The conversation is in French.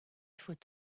faut